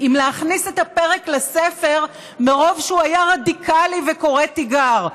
אם להכניס את הפרק לספר מרוב שהוא היה רדיקלי וקורא תיגר.